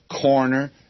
corner